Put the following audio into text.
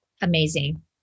amazing